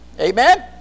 Amen